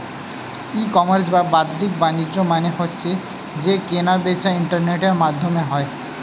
ই commerce বা বাদ্দিক বাণিজ্য মানে হচ্ছে যেই কেনা বেচা ইন্টারনেটের মাধ্যমে হয়